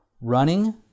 running